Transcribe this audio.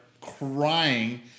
Crying